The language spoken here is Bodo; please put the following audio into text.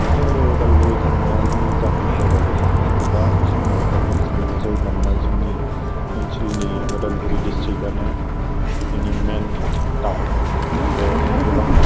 आरो अदालगुरि थांनाया जोंनि जाहोनआ जाबाय जोङो गोबां समाव अदालगुरि थांनांगौ जायोमोन मानोना जोंनि ओनसोलनि उदालगुरि दिसथ्रिक्टआनो जोंनि मेन टाउन बेयाव जोङो गोबां